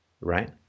right